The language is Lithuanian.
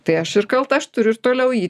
tai aš ir kalta aš turiu ir toliau jį